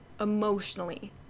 emotionally